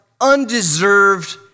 undeserved